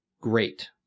great